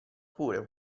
pure